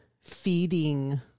feeding